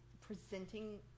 presenting